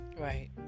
Right